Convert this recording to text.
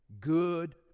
good